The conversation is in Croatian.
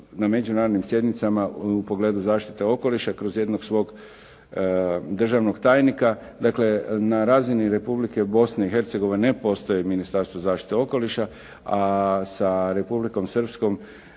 na međunarodnim sjednicama u pogledu zaštite okoliša kroz jednog svog državnog tajnika. Dakle, na razini Republike Bosne i Hercegovine ne postoji Ministarstvo zaštite okoliša, a sa Republikom Srpskom